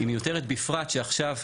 היא מיותרת בפרט שעכשיו,